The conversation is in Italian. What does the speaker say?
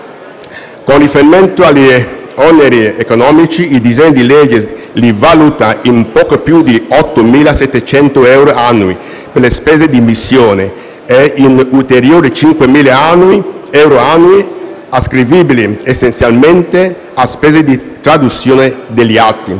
Con riferimento agli oneri economici, il disegno di legge li valuta in poco più di 8.700 euro annui a decorrere dall'anno 2018 per le spese di missione, e in ulteriori 5.000 euro annui ascrivibili essenzialmente a spese di traduzione degli atti.